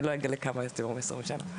אני לא אגלה כמה יותר מ-20 שנה,